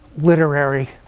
literary